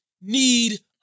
need